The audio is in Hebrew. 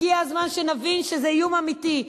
הגיע הזמן שנבין שזה איום אמיתי.